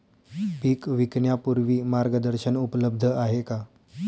पीक विकण्यापूर्वी मार्गदर्शन उपलब्ध आहे का?